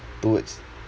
towards